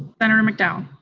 senator mcdowell?